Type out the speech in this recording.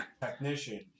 technician